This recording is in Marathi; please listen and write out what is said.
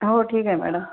हो ठीक आहे मॅडम